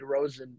DeRozan